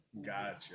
Gotcha